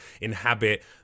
inhabit